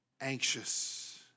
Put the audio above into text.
anxious